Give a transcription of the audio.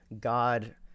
god